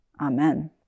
Amen